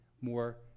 more